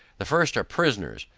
the first are prisoners,